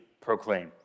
proclaim